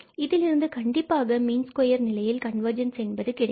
இதில் இருந்து கண்டிப்பாக மீன் ஸ்கொயர் நிலையில் கன்வர்ஜென்ஸ் என்பது கிடைக்கும்